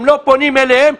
הם לא פונים אליהם,